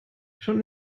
schon